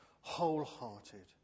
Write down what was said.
whole-hearted